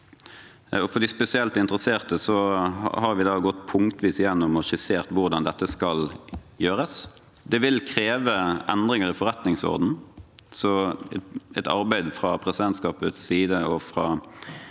For de spesielt interesserte har vi gått punktvis gjennom og skissert hvordan dette skal gjøres. Det vil kreve endringer i forretningsordenen, så det må gjøres et arbeid fra presidentskapets side i